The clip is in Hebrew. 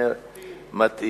מבנה מתאים,